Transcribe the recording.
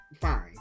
fine